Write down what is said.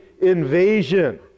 invasion